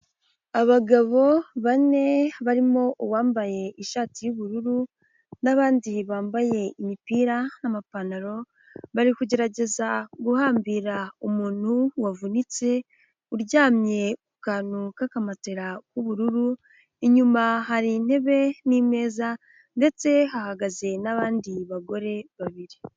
Abagabo bane barimo uwambaye ishati y'ubururu n'abandi bambaye imipira n'amapantaro, bari kugerageza guhambira umuntu wavunitse, uryamye ku kantu k'akamatera k'ubururu, inyuma hari intebe n'imeza ndetse hahagaze n'abandi bagore babiri.